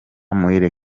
muhire